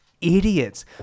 idiots